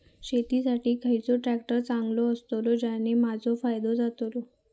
शेती साठी खयचो ट्रॅक्टर चांगलो अस्तलो ज्याने माजो फायदो जातलो?